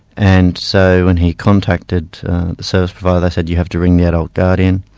and so when he contacted the service provider they said, you have to ring the adult guardian.